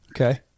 Okay